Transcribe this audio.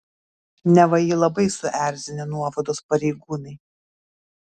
neva jį labai suerzinę nuovados pareigūnai